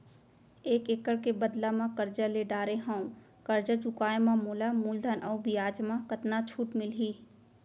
एक एक्कड़ के बदला म करजा ले डारे हव, करजा चुकाए म मोला मूलधन अऊ बियाज म कतका छूट मिलही?